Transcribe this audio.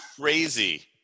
crazy